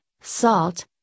salt